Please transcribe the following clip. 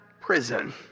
prison